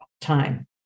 time